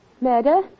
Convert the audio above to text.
murder